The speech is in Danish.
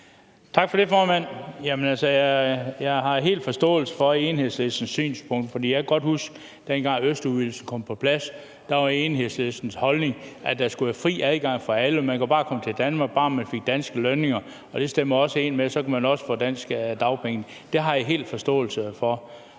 Tak for det, formand. Jeg har fuld forståelse for Enhedslistens synspunkt, for jeg kan godt huske, at dengang østudvidelsen kom på plads, var Enhedslistens holdning, at der skulle være fri adgang for alle, at man sagtens kunne komme til Danmark, bare man fik danske lønninger, hvilket også stemmer overens med, at man så også kan få danske dagpenge. Det har jeg fuld forståelse for.